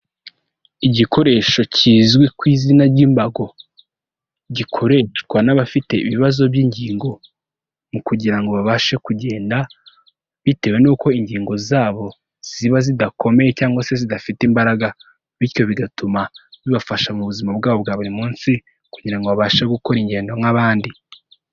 Igikoresho kizwi ku izina ry'imbago. Gikoreshwa n'abafite ibibazo by'ingingo, mu kugira ngo babashe kugenda, bitewe n'uko ingingo zabo ziba zidakomeye cyangwa se zidafite imbaraga, bityo bigatuma bibafasha mu buzima bwabo bwa buri munsi kugira ngo babashe gukora ingendo nk'abandi.